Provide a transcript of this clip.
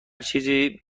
چیزی